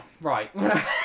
Right